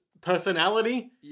personality